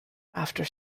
after